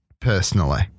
personally